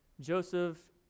Joseph